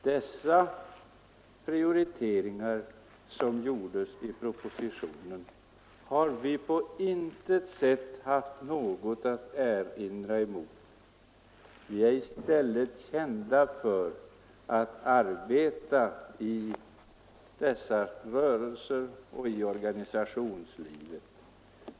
Dessa propositionens prioriteringar har vi inom centern på intet sätt haft något att erinra mot. Vi är i stället kända för att arbeta i folkrörelserna och i organisationslivet.